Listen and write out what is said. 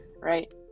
right